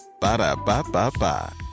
Ba-da-ba-ba-ba